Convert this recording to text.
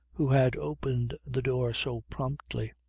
who had opened the door so promptly.